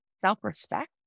self-respect